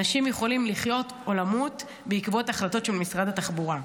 אנשים יכולים לחיות או למות בעקבות החלטות של משרד התחבורה.